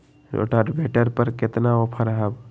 Rotavator पर केतना offer हव?